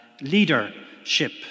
leadership